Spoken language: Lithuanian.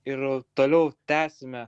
ir toliau tęsime